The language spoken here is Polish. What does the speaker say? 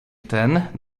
ten